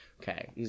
Okay